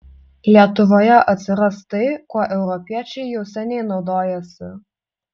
lietuvoje atsiras tai kuo europiečiai jau seniai naudojasi